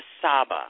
Saba